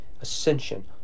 ascension